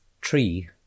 Tree